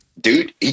Dude